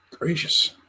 Gracious